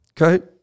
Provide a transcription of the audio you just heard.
Okay